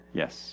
yes